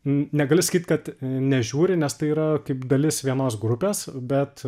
negali sakyt kad nežiūri nes tai yra kaip dalis vienos grupės bet